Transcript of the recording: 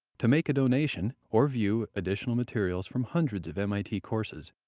to make a donation or view additional materials from hundreds of mit courses,